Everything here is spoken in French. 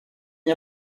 n’y